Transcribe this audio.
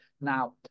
Now